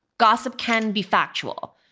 gossip can be factual.